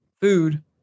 food